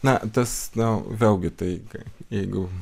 na tas na vėlgi tai jeigu